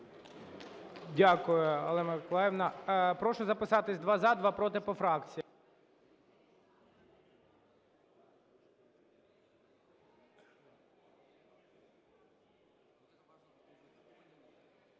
Дякую, Олено Миколаївно. Прошу записатися: два – за, два – проти, по фракціях.